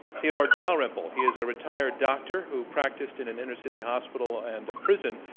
theodore dalrymple. he's a retired doctor who practiced in an inner-city hospital and a prison.